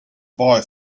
boy